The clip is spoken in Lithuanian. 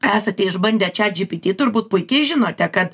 esate išbandę čiat dži pi ti turbūt puikiai žinote kad